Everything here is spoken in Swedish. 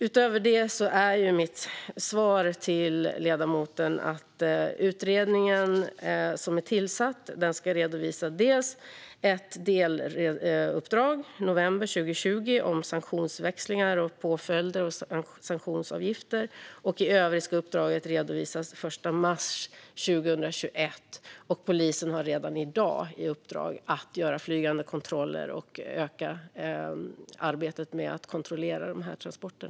Utöver detta är mitt svar till ledamoten att den utredning som är tillsatt ska redovisa ett deluppdrag om sanktionsväxlingar, påföljder och sanktionsavgifter i november 2020. I övrigt ska uppdraget redovisas den 1 mars 2021. Polisen har redan i dag i uppdrag att göra flygande kontroller och att öka arbetet med att kontrollera dessa transporter.